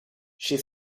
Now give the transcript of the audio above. she